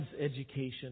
education